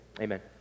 amen